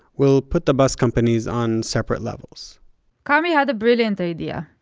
we'll put the bus companies on separate levels karmi had the brilliant idea,